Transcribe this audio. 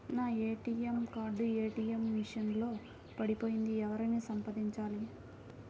నా ATM card ATM machine లో పడిపోయింది ఎవరిని సంప్రదించాలి?